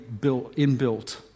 inbuilt